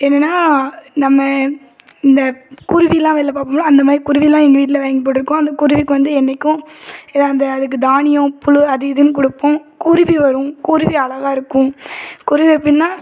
என்னென்னால் நம்ம இந்த குருவிலாம் வெளியில் பார்ப்போம்ல அந்த மாதிரி குருவிலாம் எங்கள் வீட்டில் வாங்கி போட்டுருக்கோம் அந்த குருவிக்கு வந்து என்றைக்கும் எதாவது அந்த அதுக்கு தானியம் புழு அது இதுன்னு கொடுப்போம் குருவி வரும் குருவி அழகா இருக்கும் குருவி பின்னே